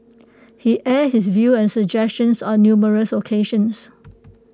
he aired his views and suggestions on numerous occasions